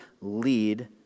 lead